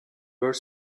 were